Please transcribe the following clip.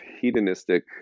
hedonistic